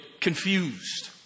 confused